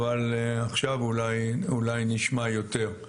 אבל עכשיו אולי נשמע יותר.